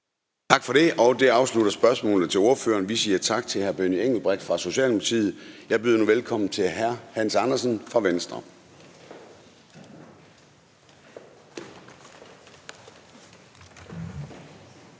Tak for det, og det afslutter spørgsmålet til ordføreren. Vi siger tak til hr. Benny Engelbrecht fra Socialdemokratiet. Jeg byder nu velkommen til hr. Hans Andersen fra Venstre.